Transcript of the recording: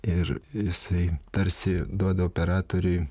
ir jisai tarsi duoda operatoriui